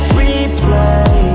replay